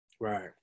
right